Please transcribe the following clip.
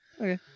Okay